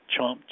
chomp